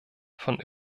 von